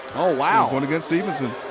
wow. going against stephenson.